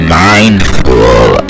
mindful